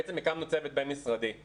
בעצם הקמנו צוות בין-משרדי,